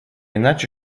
иначе